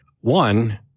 One